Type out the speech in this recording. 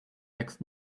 next